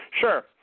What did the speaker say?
Sure